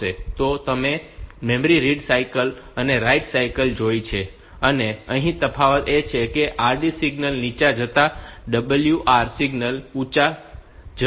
તો તમે memory read cycle અને રાઇટ સાઇકલ જોઈ છે અને અહીં તફાવત એ છે કે RD સિગ્નલ નીચા જતા WR સિગ્નલ નીચા જશે